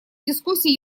дискуссии